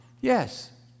yes